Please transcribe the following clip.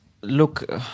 look